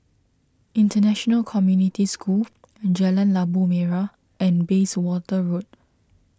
International Community School Jalan Labu Merah and Bayswater Road